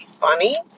funny